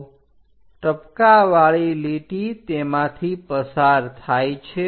તો ટપકવાળી લીટી તેમાંથી પસાર થાય છે